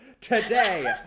today